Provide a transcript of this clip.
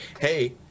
hey